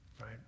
right